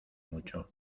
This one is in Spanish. mucho